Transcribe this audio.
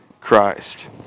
Christ